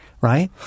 right